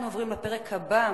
אנחנו עוברים לנושא הבא: